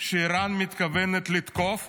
שאיראן מתכוונת לתקוף,